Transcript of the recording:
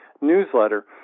newsletter